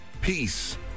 peace